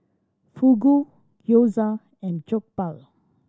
Fugu Gyoza and Jokbal